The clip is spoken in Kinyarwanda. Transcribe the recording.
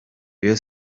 rayon